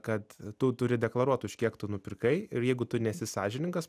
kad tu turi deklaruot už kiek tu nupirkai ir jeigu tu nesi sąžiningas